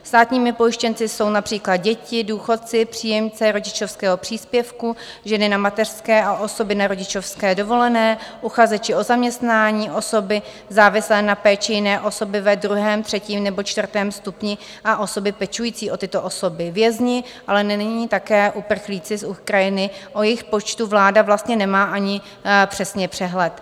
Státními pojištěnci jsou například děti, důchodci, příjemci rodičovského příspěvku, ženy na mateřské a osoby na rodičovské dovolené, uchazeči o zaměstnání, osoby závislé na péči jiné osoby ve druhém, třetím nebo čtvrtém stupni a osoby pečující o tyto osoby, vězni, ale nyní také uprchlíci z Ukrajiny, o jejichž počtu vláda vlastně nemá ani přesně přehled.